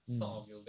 mm